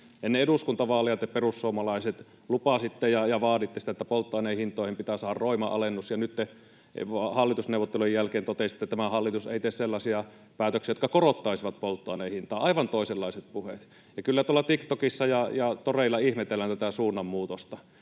Ennen eduskuntavaaleja te, perussuomalaiset, lupasitte ja vaaditte sitä, että polttoaineen hintoihin pitää saada roima alennus, ja nyt te hallitusneuvottelujen jälkeen totesitte, että tämä hallitus ei tee sellaisia päätöksiä, jotka korottaisivat polttoaineen hintaa — aivan toisenlaiset puheet. Kyllä tuolla TikTokissa ja toreilla ihmetellään tätä suunnanmuutosta.